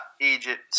Egypt